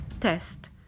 test